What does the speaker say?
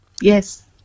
Yes